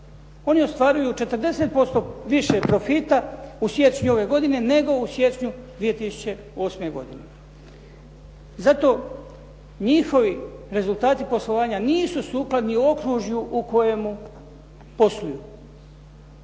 one ostvaruju 40% više profita u siječnju ove godine nego u siječnju 2008. godine. Zato njihovi rezultati poslovanja nisu sukladno okružju u kojemu posluju.